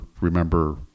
Remember